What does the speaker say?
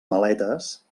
maletes